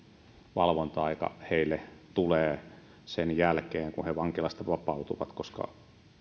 valvonta aika heille tulee sen jälkeen kun he vankilasta vapautuvat koska